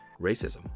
racism